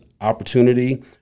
opportunity